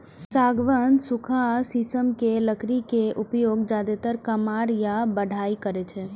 सागवान, सखुआ, शीशम के लकड़ी के उपयोग जादेतर कमार या बढ़इ करै छै